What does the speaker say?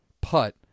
putt